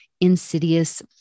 insidious